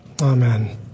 Amen